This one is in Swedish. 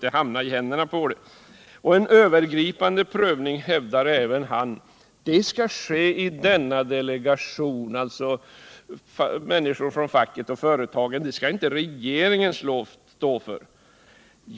En övergripande prövning menar industriministern skall ske i den här delegationen med människor från facket och företagen — den skall inte regeringen stå för.